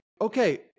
okay